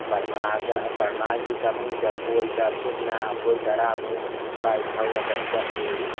ꯕꯔꯃꯥꯗ ꯕꯔꯃꯥꯒꯤ ꯇꯥꯃꯨꯗ ꯀꯣꯏꯕ ꯄꯨꯟꯅ ꯑꯩꯈꯣꯏ ꯇꯔꯥꯃꯨꯛ ꯕꯥꯏꯠ ꯊꯧꯔꯒ ꯆꯠꯂꯤ